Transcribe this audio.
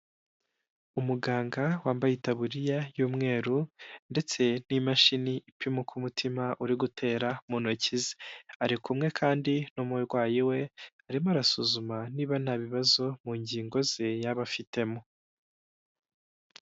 Umuganga wambaye itaburiya y'umweru ndetse n'imashini ipimaka uko umutima uri gutera mu ntoki ze. Ari kumwe kandi n'umurwayi we, arimo arasuzuma niba nta bibazo mu ngingo ze yaba afitemo.